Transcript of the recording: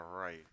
right